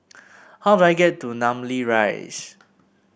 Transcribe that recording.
how do I get to Namly Rise